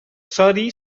sodi